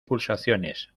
pulsaciones